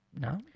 No